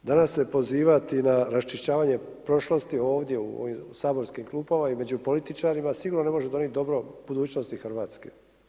I danas, danas se pozivati na raščišćavanje prošlosti ovdje, u ovim saborskim klupama i među političarima, sigurno ne može donijet dobro budućnosti Hrvatske.